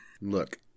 Look